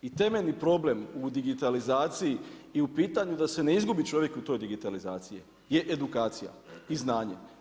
I temeljni problem u digitalizaciji i u pitanju da se ne izgubi čovjek u toj digitalizaciji je edukacija i znanje.